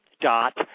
dot